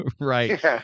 Right